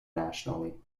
nationally